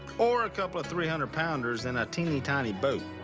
or a couple of three hundred pounders in a teeny-tiny boat.